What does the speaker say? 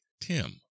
Tim